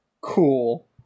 Cool